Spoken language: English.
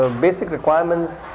ah basic requirements